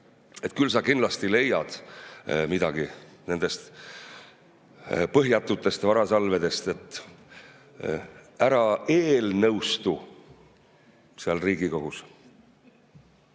ja küllap sa leiad midagi nendest põhjatutest varasalvedest, et ära eelnõustu seal Riigikogus.